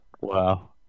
Wow